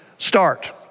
Start